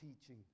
teaching